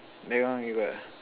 that one you got